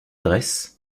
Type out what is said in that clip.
adresse